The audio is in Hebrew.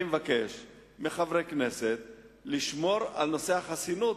אני מבקש מחברי הכנסת לשמור על החסינות,